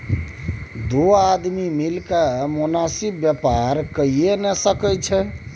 दू आदमी मिलिकए मोनासिब बेपार कइये नै सकैत छै